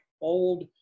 old